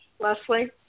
Leslie